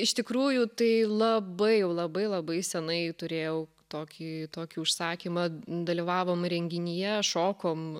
iš tikrųjų tai labai jau labai labai senai turėjau tokį tokį užsakymą dalyvavom renginyje šokom